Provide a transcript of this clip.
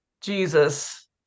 jesus